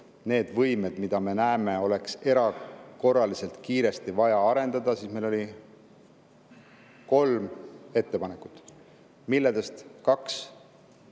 need võimed, mida me näeme, mida oleks erakorraliselt kiiresti vaja arendada, siis meil oli kolm ettepanekut. Neist kaks